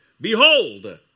Behold